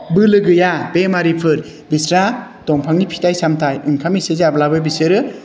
बोलो गैया बेमारिफोर बिस्रा दंफांनि फिथाइ सामथाय ओंखाम इसे जाब्लाबो बिसोरो